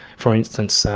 for instance,